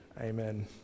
Amen